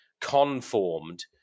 conformed